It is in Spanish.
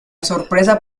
sorpresa